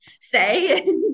say